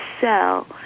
sell